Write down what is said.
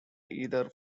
either